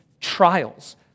trials